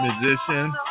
musician